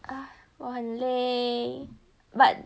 ah 我很累 but